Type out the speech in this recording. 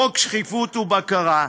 חוק שקיפות ובקרה.